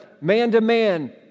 man-to-man